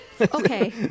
Okay